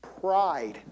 Pride